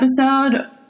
episode